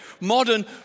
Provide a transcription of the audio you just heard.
Modern